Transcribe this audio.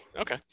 Okay